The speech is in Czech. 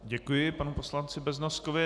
Děkuji panu poslanci Beznoskovi.